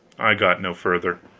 i got no further.